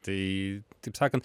tai taip sakant